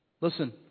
Listen